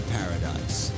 paradise